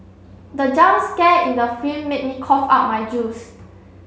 the jump scare in the film made me cough out my juice